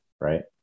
right